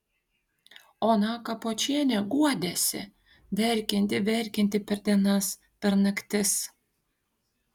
ona kapočienė guodėsi verkianti verkianti per dienas per naktis